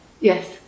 Yes